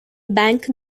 bank